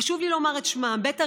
וחשוב לי לומר את שמם: בית אריאל,